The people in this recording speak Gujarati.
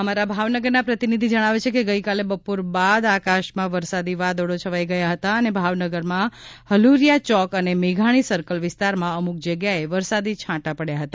અમારા ભાવનગરના પ્રતિનિધિ જણાવે છે કે ગઇકાલે બપોર બાદ આકાશમાં વરસાદી વાદળો છવાઈ ગયા હતા અને ભાવનગરમાં હલુરીયા ચોક અને મેઘાણી સર્કલ વિસ્તારમાં અમુક જગ્યાએ વરસાદી છાટાં પડ્યા હતા